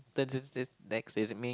next is me